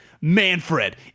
Manfred